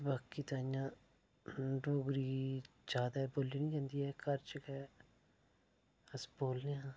बाकी ते इ'यां डोगरी गी जादा बोली बी जंदी ऐ घर च गै अस बोलने आं